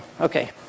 Okay